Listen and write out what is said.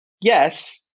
yes